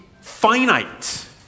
finite